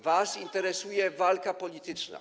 Was interesuje walka polityczna.